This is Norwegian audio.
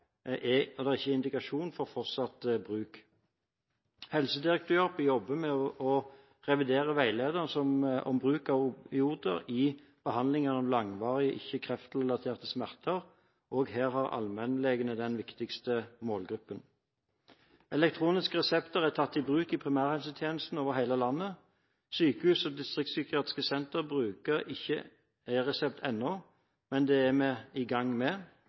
er indikasjon for fortsatt bruk. Helsedirektoratet jobber med å revidere veilederen om bruk av opioider i behandlingen av langvarig, ikke kreftrelatert smerte. Her er allmennlegene den viktigste målgruppen. Elektroniske resepter er tatt i bruk i primærhelsetjenesten over hele landet. Sykehus og distriktspsykiatriske senter bruker ikke e-resept ennå, men det er vi i gang med.